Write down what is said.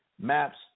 Maps